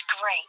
great